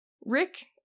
Rick